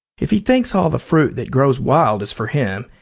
if he thinks all the fruit that grows wild is for him,